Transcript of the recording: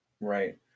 right